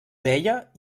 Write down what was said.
deia